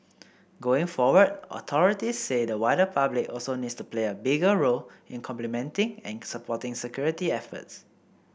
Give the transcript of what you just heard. going forward authorities say the wider public also needs to play a bigger role in complementing and supporting security efforts